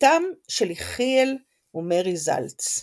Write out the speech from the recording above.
בתם של יחיאל ומרי זלץ.